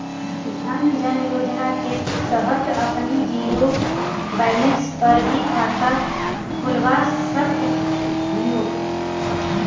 जन धन योजना के तहत आपने जीरो बैलेंस पर भी खाता खुलवा सकऽ हिअ